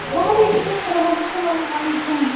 وعلیکُم اسلام اسلامُ علیکُم